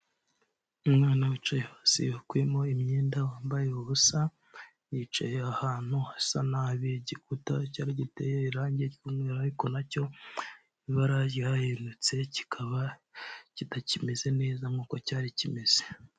Umwana wicaye hasi wakuyemo imyenda wambaye ubusa, yicaye ahantu hasa nabi, igikuta cyari giteye irangi ry'umweru, ariko nacyo ibara ryarahindutse, kikaba kitakimeze neza nk'uko cyari kimeze.